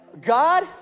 God